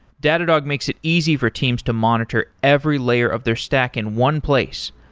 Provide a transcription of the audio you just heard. datadog makes it easy for teams to monitor every layer of their stack in one place.